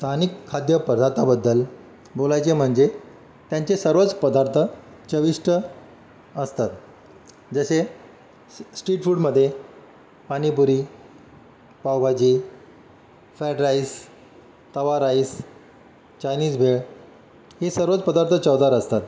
स्थानिक खाद्यपदार्थाबद्दल बोलायचे म्हणजे त्यांचे सर्वच पदार्थ चविष्ट असतात जशे स्ट्रीट फूडमध्ये पानीपुरी पावभाजी फॅड राईस तवा राईस चायनीज भेड हे सर्वच पदार्थ चौधार असतात